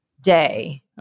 day